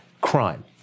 crime